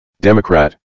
Democrat